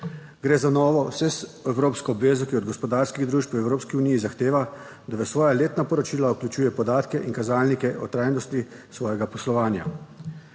Gre za novo vseevropsko obvezo, ki od gospodarskih družb v Evropski uniji zahteva, da v svoja letna poročila vključujejo podatke in kazalnike o trajnosti svojega poslovanja.